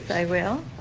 i will.